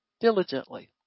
Diligently